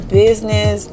business